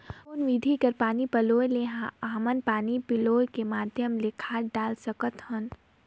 कौन विधि के पानी पलोय ले हमन पानी पलोय के माध्यम ले खाद डाल सकत हन?